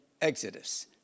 Exodus